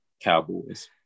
Cowboys